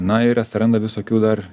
na ir atsiranda visokių dar